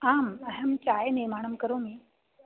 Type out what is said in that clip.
आम् अहं चायनिर्माणं करोमि